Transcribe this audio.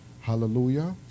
Hallelujah